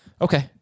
Okay